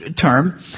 term